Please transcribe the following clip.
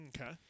Okay